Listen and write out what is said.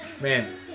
Man